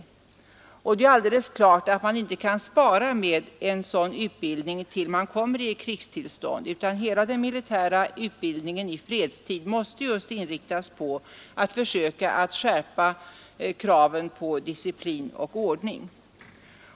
Det är alldeles klart att man inte kan spara med en sådan utbildning, tills man befinner sig i krigstillstånd. Hela den militära utbildningen i fredstid måste just inriktas på att försöka skärpa kraven på disciplin och ordning.